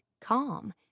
calm